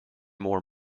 more